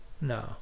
No